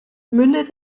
mündet